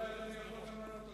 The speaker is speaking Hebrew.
אולי אדוני יכול לענות גם על זה.